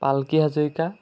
Palki Hazarika